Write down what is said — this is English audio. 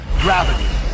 gravity